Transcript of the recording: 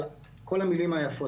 על כל המילים היפות,